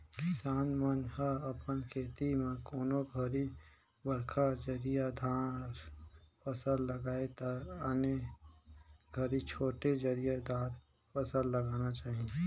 किसान मन ह अपन खेत म कोनों घरी बड़खा जरिया दार फसल लगाये त आने घरी छोटे जरिया दार फसल लगाना चाही